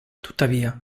tuttavia